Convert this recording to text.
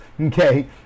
Okay